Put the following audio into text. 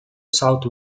south